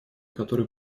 которые